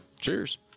cheers